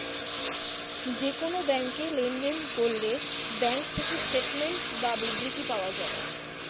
যে কোন ব্যাংকে লেনদেন করলে ব্যাঙ্ক থেকে স্টেটমেন্টস বা বিবৃতি পাওয়া যায়